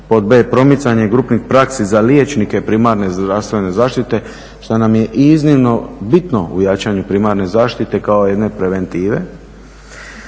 pod b) promicanje grupnih praksi za liječnike primarne zdravstvene zaštite što nam je iznimno bitno u jačanju primarne zaštite kao jedne preventive,